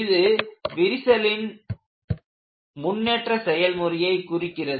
இது விரிசலின் முன்னேற்ற செயல்முறையை குறிக்கிறது